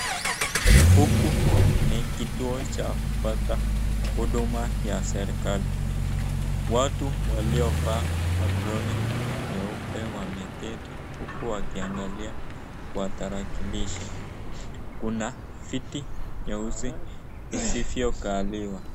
Huku ni kituo cha kupata huduma ya serikali. Watu waliovaa aproni nyeupe wameketi huku wakiangalia kwa tarakilishi. Kuna viti nyeusi isivyokaliwa.